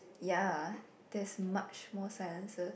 ya that's much more silences